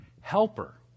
helper